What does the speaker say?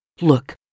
Look